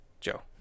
joe